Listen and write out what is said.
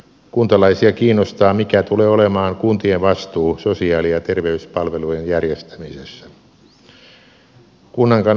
kuntalaisia kiinnostaa mikä tulee olemaan kuntien vastuu sosiaali ja terveyspalvelujen järjestämisessä